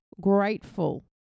grateful